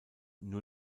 nur